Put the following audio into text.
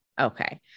Okay